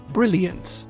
Brilliance